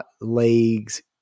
leagues